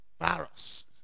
virus